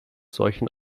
solchen